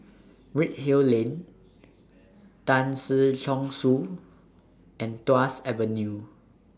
Redhill Lane Tan Si Chong Su and Tuas Avenue